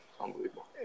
Unbelievable